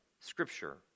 Scripture